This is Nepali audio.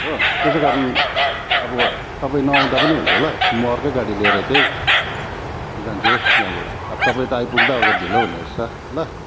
हो त्यसै कारण अब तपाईँ नआउँदा पनि हुन्छ ल म अर्कै गाडी लिएर चाहिँ जान्छु हौ यहाँबाट अब तपाईँ त आइपुग्दाओर्दा ढिलो हुनेरहेछ ल